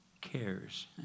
cares